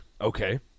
Okay